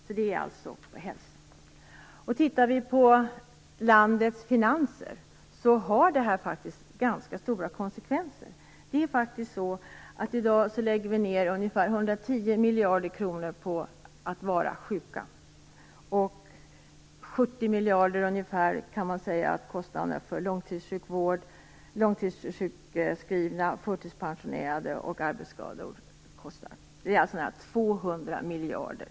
När det gäller landets finanser har detta ganska stora konsekvenser. I dag lägger vi ned ungefär 110 miljarder kronor på att vara sjuka. Kostnaden för långtidssjukvård, långtidssjukskrivning, förtidspensionering och arbetsskador är ungefär 70 miljarder.